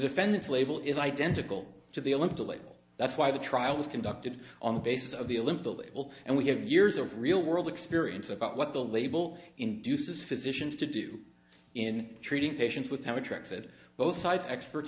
defendant's label is identical to the olympic level that's why the trial was conducted on the basis of the olympics and we have years of real world experience about what the label induces physicians to do in treating patients with have attracted both sides experts